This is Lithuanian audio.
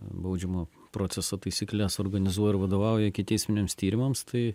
baudžiamo proceso taisykles organizuoja ir vadovauja ikiteisminiams tyrimams tai